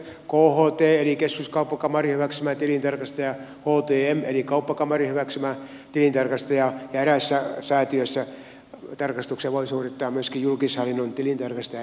kht eli keskuskauppakamarin hyväksymä tilintarkastaja htm eli kauppakamarin hyväksymä tilintarkastaja ja eräissä säätiöissä tarkastuksen voi suorittaa myöskin julkishallinnon tilintarkastaja